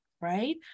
right